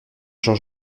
jean